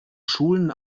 schulen